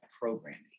programming